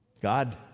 God